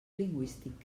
lingüístic